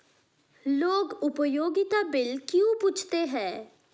लोग उपयोगिता बिल क्यों पूछते हैं?